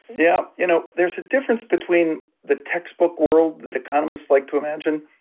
yeah, you know, there's a difference between the textbook world that economists like to imagine,